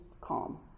calm